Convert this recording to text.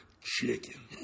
Chicken